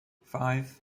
five